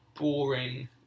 boring